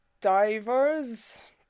divers